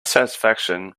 satisfaction